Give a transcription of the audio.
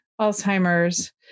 Alzheimer's